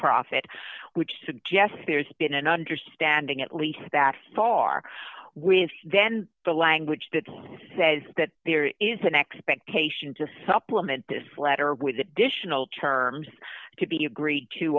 profit which suggests there's been an understanding at least that far we have then the language that says that there is an expectation to supplement this letter with additional terms to be agreed to